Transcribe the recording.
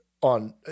on